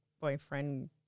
boyfriend